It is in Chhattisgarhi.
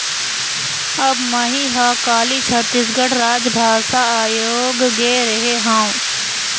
अब मही ह काली छत्तीसगढ़ राजभाषा आयोग गे रेहे हँव